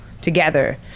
together